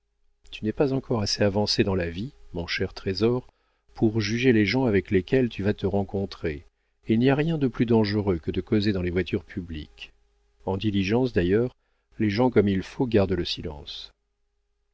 tu n'es pas encore assez avancé dans la vie mon cher trésor pour juger les gens avec lesquels tu vas te rencontrer et il n'y a rien de plus dangereux que de causer dans les voitures publiques en diligence d'ailleurs les gens comme il faut gardent le silence